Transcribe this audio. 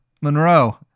monroe